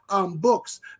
books